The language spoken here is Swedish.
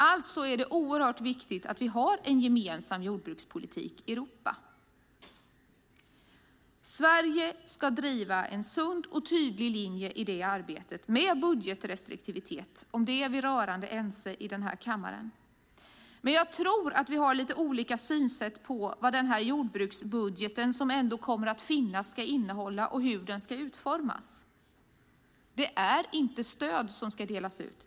Alltså är det oerhört viktigt att vi har en gemensam jordbrukspolitik i Europa. Sverige ska driva en sund och tydlig linje i det arbetet, med budgetrestriktivitet. Om det är vi rörande ense i kammaren. Däremot tror jag att vi har lite olika syn på vad jordbruksbudgeten, som ju kommer att finnas, ska innehålla och hur den ska utformas. Det är inte stöd som ska delas ut.